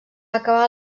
acabar